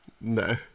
No